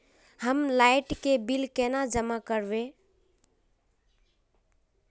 हम लाइट के बिल केना जमा करबे?